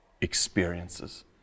experiences